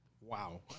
Wow